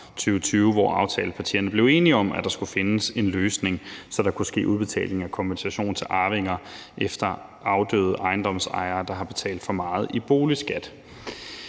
hvor aftalepartierne blev enige om, at der skulle findes en løsning, så der kunne ske udbetaling af kompensation til arvinger efter afdøde ejendomsejere, der har betalt for meget i boligskat.